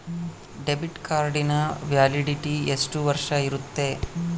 Debit ಕಾರ್ಡಿನ validity ಎಷ್ಟು ವರ್ಷ ಇರುತ್ತೆ?